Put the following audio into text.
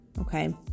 Okay